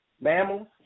mammals